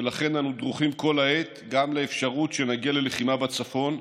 ולכן אנו דרוכים כל העת גם לאפשרות שנגיע ללחימה בצפון.